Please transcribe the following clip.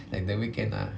like the weekend ah